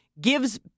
gives